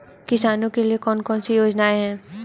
किसानों के लिए कौन कौन सी योजनाएं हैं?